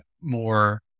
more